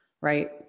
right